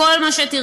כל מה שתרצה,